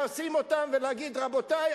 לשים אותם ולהגיד: רבותי,